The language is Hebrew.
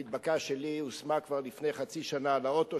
המדבקה שלי הושמה כבר לפני חצי שנה על האוטו